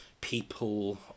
people